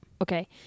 Okay